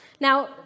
Now